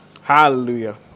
Hallelujah